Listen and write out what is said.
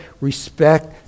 respect